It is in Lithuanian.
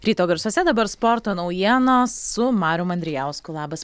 ryto garsuose dabar sporto naujienos su marium andrijausku labas